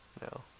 No